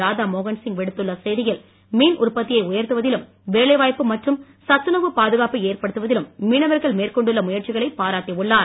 ராதா மோகன் சிங் விடுத்துள்ள செய்தியில் மீன் உற்பத்தியை உயர்த்துவதிலும் வேலை வாய்ப்பு மற்றும் சத்துணவு பாதுகாப்பை ஏற்படுத்துவதிலும் மீனவர்கள் மேற்கொண்டுள்ள முயற்சிகளை பாராட்டி உள்ளார்